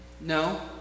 No